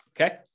okay